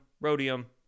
rhodium